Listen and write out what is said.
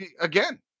again